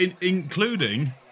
Including